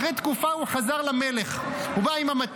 אחרי תקופה הוא חזר למלך, הוא בא עם המטה.